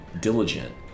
diligent